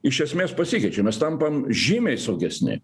iš esmės pasikeičia mes tampam žymiai saugesni